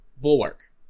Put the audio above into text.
Bulwark